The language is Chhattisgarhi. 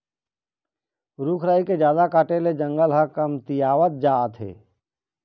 रूख राई के जादा काटे ले जंगल ह कमतियावत जात हे